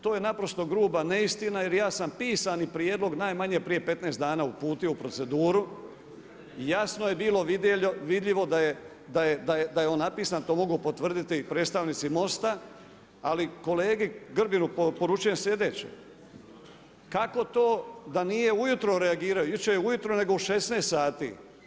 To je naprosto gruba neistina, jer ja sam pisani prijedlog, najmanje prije 15 dana uputio u proceduru i jasno je bilo vidljivo da je on napisan i to mogu potvrditi i predstavnici Mosta, ali kolegi Grbinu poručujem slijedeće, kako to da nije ujutro reagirao, jučer ujutro, nego u 16 sati.